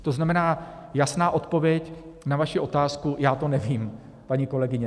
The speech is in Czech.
To znamená, jasná odpověď na vaši otázku, já to nevím, paní kolegyně.